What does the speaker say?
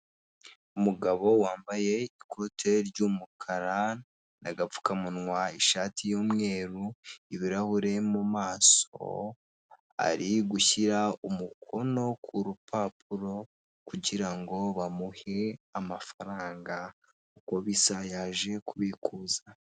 Umugabo wambaye ikote ry'umukara, Agapfukamunwa ishati y'umweru ,ibirahure mu maso ari gushyira umukono, k' urupapuro kugira ngo bamuhe amafaranga uko bisa yaje kubikuza.